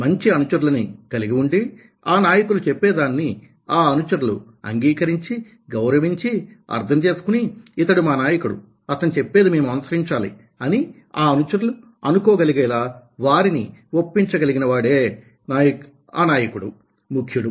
మంచి అనుచరులని కలిగి ఉండి ఆ నాయకులు చెప్పేదానిని ఆ అనుచరులు అంగీకరించి గౌరవించి అర్థం చేసుకుని ఇతడు మా నాయకుడు అతను చెప్పేది మేము అనుసరించాలి అని ఆ అనుచరులు అనుకో గలిగేలా వారిని ఒప్పించ కలిగిననాడే ఆ నాయకుడు ముఖ్యుడు